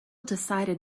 decided